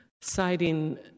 citing